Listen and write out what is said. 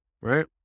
right